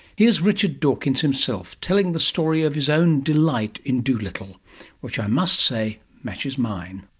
here's richard dawkins himself telling the story of his own delight in dolittle, which i must say matches mine.